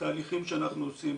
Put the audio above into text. התהליכים שאנחנו עושים,